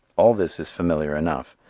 all this is familiar enough.